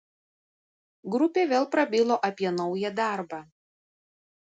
grupė vėl prabilo apie naują darbą